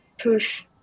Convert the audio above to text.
push